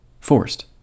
forced